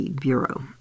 Bureau